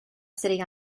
city